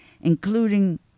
including